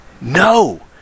No